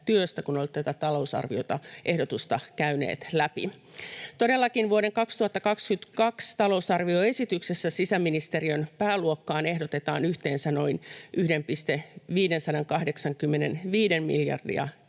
kun olette tätä talousarvioehdotusta käyneet läpi. Todellakin vuoden 2022 talousarvioesityksessä sisäministeriön pääluokkaan ehdotetaan yhteensä noin 1,585 miljardia